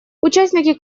участники